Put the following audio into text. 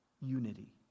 unity